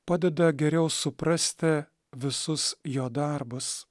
padeda geriau suprasti visus jo darbus